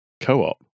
co-op